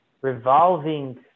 revolving